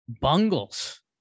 bungles